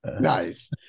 Nice